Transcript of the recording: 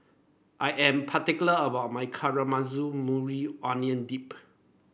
I am particular about my Caramelized Maui Onion Dip